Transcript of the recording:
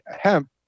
hemp